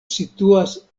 situas